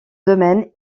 domaine